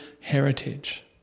heritage